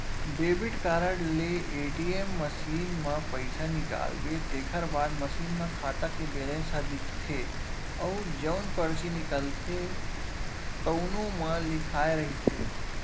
debit card ले ATM machine म पइसा निकालबे तेखर बाद मसीन म खाता के बेलेंस ह दिखथे अउ जउन परची निकलथे तउनो म लिखाए रहिथे